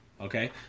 Okay